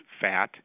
fat